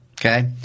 Okay